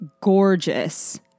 gorgeous